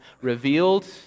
revealed